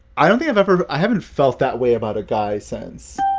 i don't think i've ever i haven't felt that way about a guy since